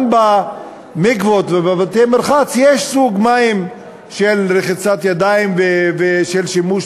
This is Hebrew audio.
גם במקוואות ובבתי-מרחץ יש סוג מים של רחיצת ידיים ושל שימוש